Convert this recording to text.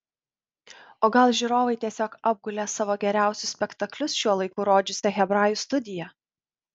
o gal žiūrovai tiesiog apgulė savo geriausius spektaklius šiuo laiku rodžiusią hebrajų studiją